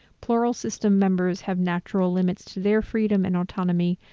plural system members have natural limits to their freedom and autonomy,